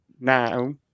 now